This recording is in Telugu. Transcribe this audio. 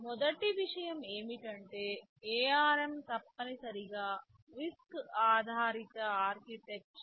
మొదటి విషయం ఏమిటంటే ARM తప్పనిసరిగా RISC ఆధారిత ఆర్కిటెక్చర్